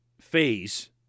phase